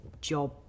job